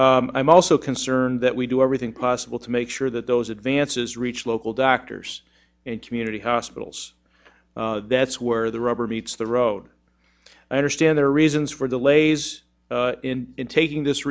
health i'm also concerned that we do everything possible to make sure that those advances reach local doctors and community hospitals that's where the rubber meets the road i understand their reasons for the lays in taking this